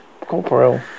corporal